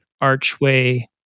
Archway